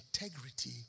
integrity